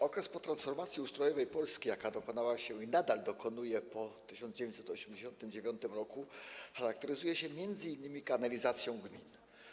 Okres po transformacji ustrojowej Polski, jaka dokonała się i nadal dokonuje po 1989 r., charakteryzuje się m.in. kanalizacją gmin.